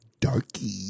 darkie